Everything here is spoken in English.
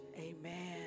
Amen